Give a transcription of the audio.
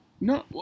No